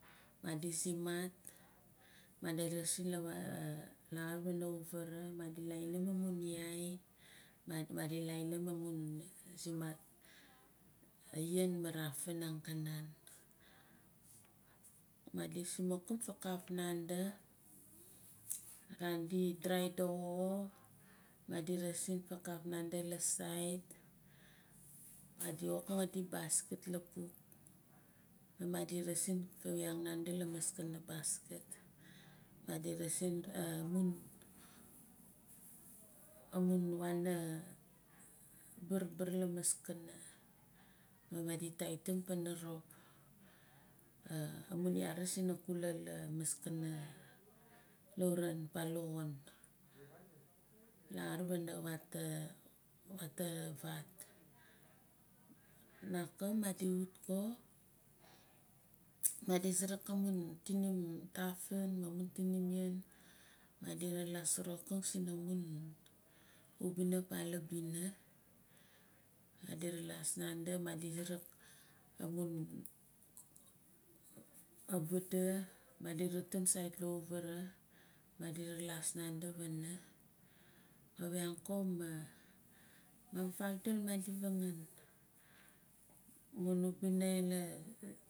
Madi zimaat madi raasin la laxaar wana auvaara madi lainin amun ya madi lainim anun zimaat ayaan ma arafaan angkanan. Madi simukim faakaaf nanda laavan di dry doxo madi raasin faakaaf madi la sait, madi wokang adi basket lapuk ma madi raasin fa wiang nandi lamaskana basket, madi raasin amun amun wana barbar lamaskana ma madi taitimpana rop amun aayarus inakula lamaskana laauran palaxon laxaar la awata wata vaat. Naaka madi wut ko madi suruk amun tinim tafan ma amun tinim yan madi raalas farawuking sina mun ubina pa labina madi ralaas nanda madi suruk amun afaada madi ratubg sait la auvaara madi ralaas nandi wana ka wiang ko ma maam faakdul madi vangaan amun aubina ila.